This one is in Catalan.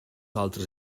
altres